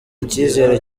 icyizere